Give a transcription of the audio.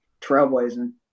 trailblazing